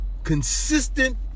consistent